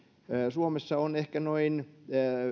suomessa on ehkä noin